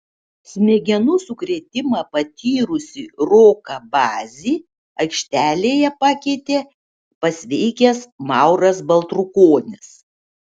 smegenų sukrėtimą patyrusį roką bazį aikštelėje pakeitė pasveikęs mauras baltrukonis